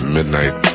Midnight